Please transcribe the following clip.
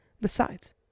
Besides